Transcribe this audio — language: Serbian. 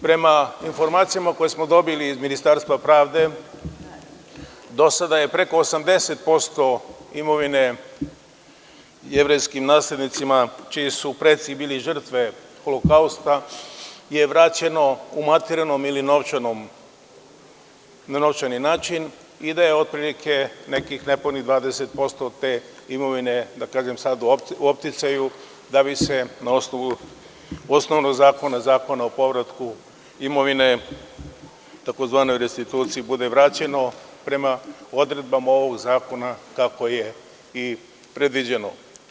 Prema informacijama koje smo dobili iz Ministarstva pravde, do sada je preko 80% imovine jevrejskim naslednicima, čiji su preci bili žrtve holokausta, vraćeno na materijalni ili novčani način i da je otprilike nekih nepunih 20% te imovine sada u opticaju, da bi na osnovu osnovnog zakona, Zakona o povratku imovine tzv. restitucije, bilo vraćeno prema odredbama ovog zakona kako je i predviđeno.